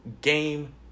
game